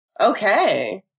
okay